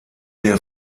der